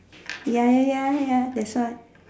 ya ya ya ya that's why